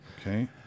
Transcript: Okay